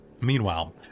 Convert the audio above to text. Meanwhile